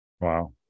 Wow